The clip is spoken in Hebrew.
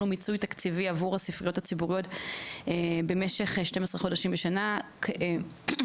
ומיצוי תקציבי עבור הספריות הציבוריות במשך 12 חודשים בשנה קלנדרית,